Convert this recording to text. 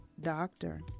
Doctor